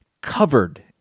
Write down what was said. covered